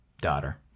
daughter